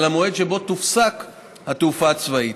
על המועד שבו תופסק התעופה הצבאית.